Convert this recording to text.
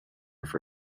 for